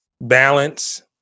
Balance